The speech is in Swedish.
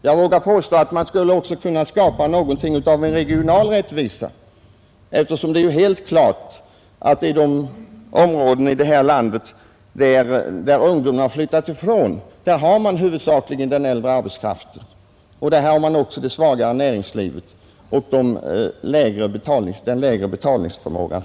Jag vågar påstå att det också skulle kunna skapas Onsdagen den någonting av en regional rättvisa, eftersom det är helt klart att den äldre 10 mars 1971 arbetskraften huvudsakligen finns i de områden som ungdomen har = Avgiften till tilläggsflyttat ifrån. Där finns också det svagare näringslivet och en lägre pensioneringen för lönebetalningsförmåga.